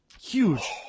Huge